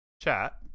chat